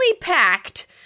packed